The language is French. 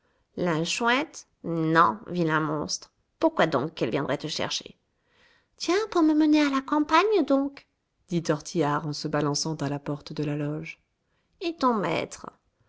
la chouette non vilain monstre pourquoi donc qu'elle viendrait te chercher tiens pour me mener à la campagne donc dit tortillard en se balançant à la porte de la loge et ton maître